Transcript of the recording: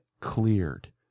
cleared